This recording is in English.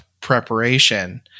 preparation